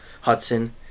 Hudson